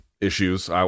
issues